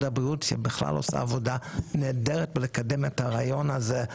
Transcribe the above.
הריאות שבכלל עושה עבודה נהדרת בלקדם את הרעיון הזה,